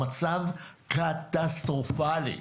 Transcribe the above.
המצב קטסטרופלי.